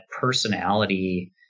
personality